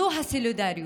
זו הסולידריות.